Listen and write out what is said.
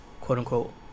quote-unquote